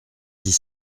dix